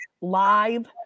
live